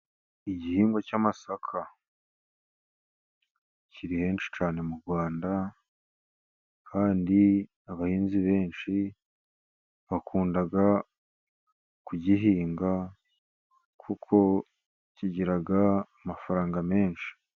Igihingwa cy'amasaka kiri henshi cyane mu Rwanda, kandi abahinzi benshi bakunda kugihinga kuko kigira amafaranga menshi.